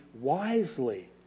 wisely